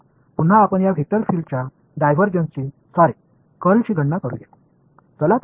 तर पुन्हा आपण या वेक्टर फील्डच्या डायव्हर्जन्सची सॉरी कर्लची गणना करू या